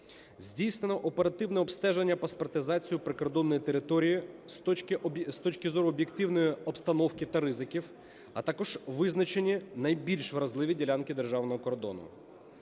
Здійснено оперативне обстеження, паспортизацію прикордонної території з точки зору об'єктивної обстановки та ризиків, а також визначені найбільш вразливі ділянки державного кордону.